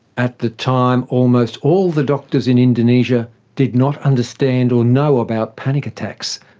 at the time almost all the doctors in indonesia did not understand or know about panic attacks.